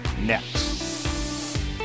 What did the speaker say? next